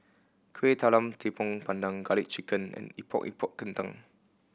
Kueh Talam Tepong Pandan Garlic Chicken and Epok Epok Kentang